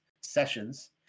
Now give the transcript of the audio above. sessions